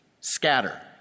Scatter